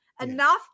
Enough